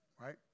right